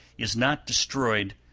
is not destroyed,